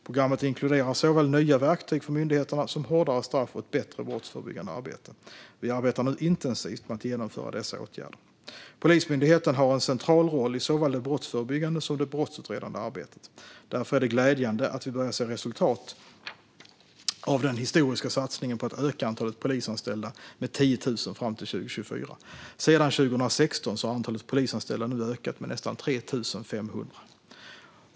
Programmet inkluderar såväl nya verktyg för myndigheterna som hårdare straff och ett bättre brottsförebyggande arbete. Vi arbetar nu intensivt med att genomföra dessa åtgärder. Polismyndigheten har en central roll i såväl det brottsförebyggande som det brottsutredande arbetet. Därför är det glädjande att vi börjar se resultat av den historiska satsningen på att öka antalet polisanställda med 10 000 fram till 2024. Sedan 2016 har antalet polisanställda ökat med nästan 3 500.